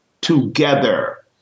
together